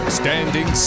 standing